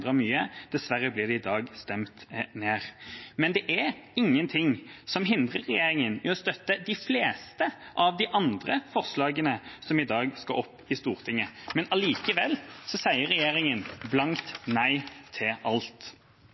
mye. Dessverre blir de i dag stemt ned. Det er ingenting som hindrer regjeringa i å støtte de fleste av de andre forslagene som i dag skal opp i Stortinget, men allikevel sier regjeringa blankt nei til alt.